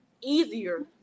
easier